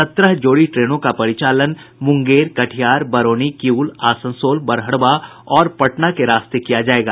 सत्रह जोड़ी ट्रेनों का परिचालन मुंगेर कटिहार बरौनी किऊल आसनसोल बड़हरवा और पटना के रास्ते किया जायेगा